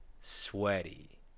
sweaty